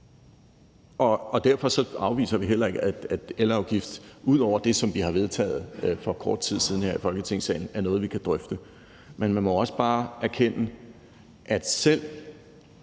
og derfor afviser vi heller ikke, at elafgiften ud over det, som vi har vedtaget for kort tid siden her i Folketingssalen, er noget, som vi kan drøfte. Men man må også bare erkende, at det,